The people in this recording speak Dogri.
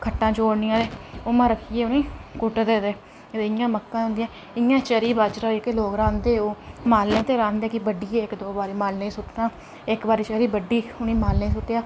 खट्टां जोड़नियां ते उ'मां रक्निईयां ते कुट्टदे ते रेहियां मक्कां इ'यां चरी बाजरा होइ इत्थै लोग राह्ंदे ओह् मालै इत्तै राह्ंदे बड्ढियै इक दो बारी मालै ई सु'ट्टना इक बारी चरी बड्ढी मालै ई सु'ट्टी